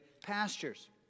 pastures